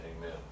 Amen